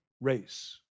race